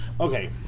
okay